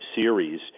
series